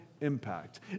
impact